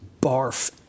barf